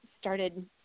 started